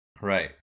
Right